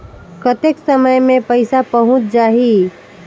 कतेक समय मे पइसा पहुंच जाही?